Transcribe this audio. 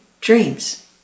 dreams